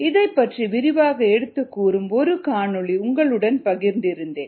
இதைப் பற்றி விரிவாக எடுத்துக் கூறும் ஒரு காணொளி உங்களுடன் பகிர்ந்து இருந்தேன்